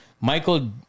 Michael